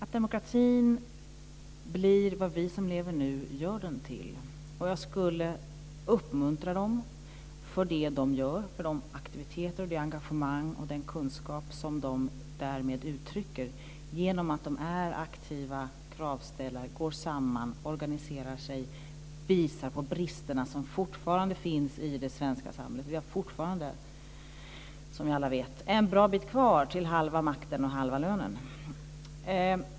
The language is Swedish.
Herr talman! Demokratin blir vad vi som lever nu gör den till. Jag skulle uppmuntra dessa kvinnor för det som de gör, för de aktiviteter, det engagemang och den kunskap som de uttrycker genom att de är aktiva kravställare som går samman, organiserar sig och visar på de brister som fortfarande finns i det svenska samhället. Vi har fortfarande - som ni alla vet - en bra bit kvar till halva makten och halva lönen.